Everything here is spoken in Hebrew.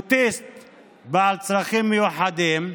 אוטיסט בעל צרכים מיוחדים,